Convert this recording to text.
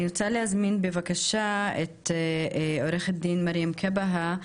אני רוצה להזמין בבקשה את עוה"ד מרים כבהא,